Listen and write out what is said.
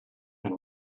and